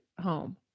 home